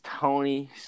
Tony